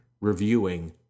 reviewing